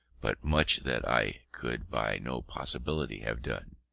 but much that i could by no possibility have done.